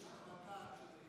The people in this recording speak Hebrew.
יש החלטה של,